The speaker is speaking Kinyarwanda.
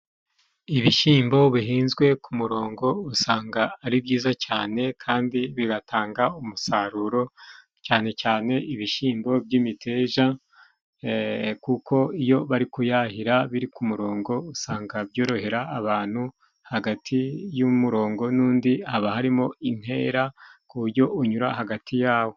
Ibishyimbo bihinzwe ku murongo usanga ari byiza cyane, kandi bigatanga umusaruro cyane cyane ibishyimbo by'imiteja, kuko iyo bari kuyahira biri ku murongo usanga byorohera abantu, hagati y'umurongo n'undi haba harimo intera ku buryo unyura hagati yabo.